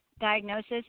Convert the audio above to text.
diagnosis